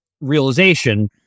realization